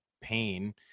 pain